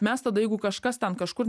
mes tada jeigu kažkas ten kažkur